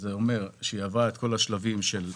זו השאלה, זו גם ההגבלה של התחום שאני